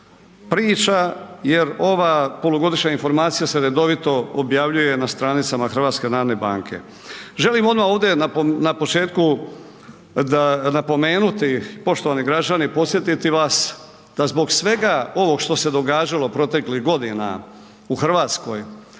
priča jer ova polugodišnja informacija se redovito objavljuje na stranicama HNB-a. Želim odma ovdje na početku napomenuti poštovani građani, podsjetiti vas da zbog svega ovog što se događalo proteklih godina u RH zbog